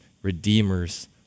Redeemer's